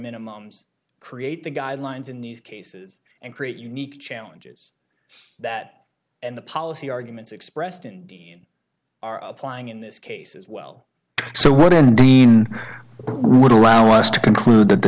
minimums create the guidelines in these cases and create unique challenges that the policy arguments expressed are applying in this case as well so what indeed would allow us to conclude that the